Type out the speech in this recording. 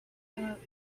out